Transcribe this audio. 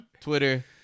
Twitter